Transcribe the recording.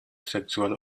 sexual